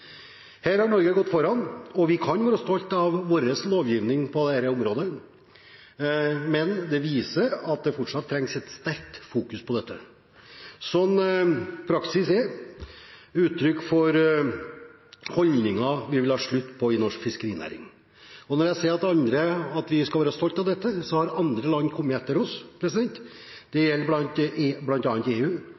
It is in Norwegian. Her har Norge gått foran, og vi kan være stolte av vår lovgivning på dette området. Men det trengs fortsatt at vi fokuserer sterkt på dette. Slik praksis er uttrykk for holdninger vi vil ha slutt på i norsk fiskerinæring. Andre land har kommet etter oss, det gjelder bl.a. EU,